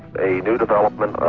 a new development. um